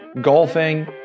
golfing